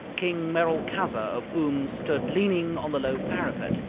king merolchazzar of oom stood leaning on the low parapet,